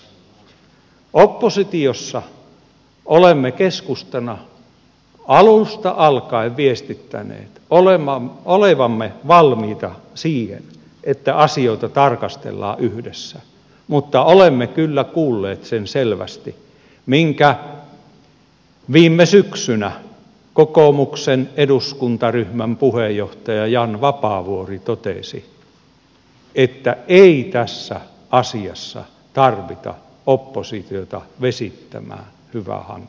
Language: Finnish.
oppositiossa olemme keskustasta alusta alkaen viestittäneet olevamme valmiita siihen että asioita tarkastellaan yhdessä mutta olemme kyllä kuulleet sen selvästi minkä viime syksynä kokoomuksen eduskuntaryhmän puheenjohtaja jan vapaavuori totesi että ei tässä asiassa tarvita oppositiota vesittämään hyvää hanketta